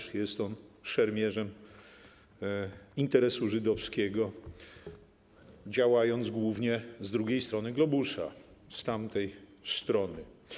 Od lat jest on też szermierzem interesu żydowskiego, działając głównie z drugiej strony globusa, z tamtej strony.